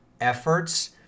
efforts